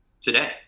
today